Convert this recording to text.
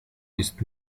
ist